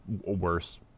worse